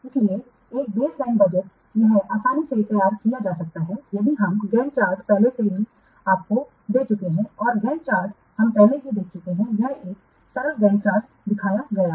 सलिए एक baseline budget यह आसानी से तैयार किया जा सकता है यदि हम गैंट चार्ट पहले से ही आपको दे चुके हैं और गैंट चार्ट हम पहले ही देख चुके हैं यह एक सरल गैंट चार्ट दिखाया गया है